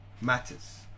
matters